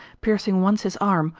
piercing once his arm,